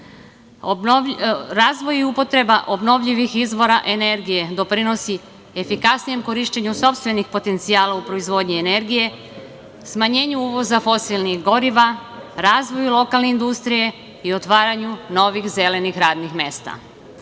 rastu. Razvoj i upotreba obnovljivih izvora energije doprinosi efikasnijem korišćenju sopstvenih potencijala u proizvodnji energije, smanjenju uvoza fosilnih goriva, razvoju lokalne industrije i otvaranju novih zelenih radnih mesta. Drugi